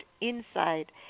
inside